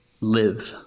live